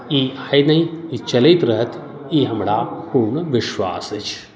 ई हरदम ई चलैत रहथि ई हमरा पूर्ण विश्वास अछि